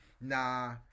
nah